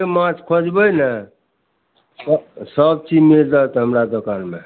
माछ खोजबै ने सभ सभचीज मिल जाएत हमरा दोकानमे